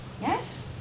Yes